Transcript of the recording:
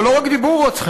אבל לא רק דיבור רצחני,